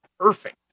Perfect